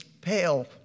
pale